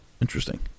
Interesting